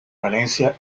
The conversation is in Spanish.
valencia